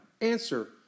answer